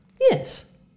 Yes